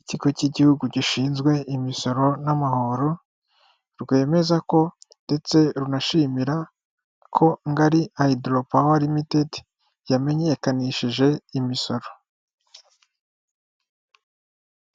ikigo cy'igihugu gishinzwe imisoro n'amahoro, rwemeza ko ndetse runashimira ko ngari hayidoro pawa rimitedi yamenyekanishije imisoro.